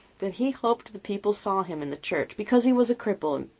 that he hoped the people saw him in the church, because he was a cripple,